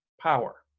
power